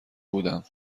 بودم